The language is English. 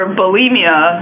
bulimia